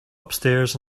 upstairs